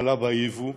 הקלה בייבוא,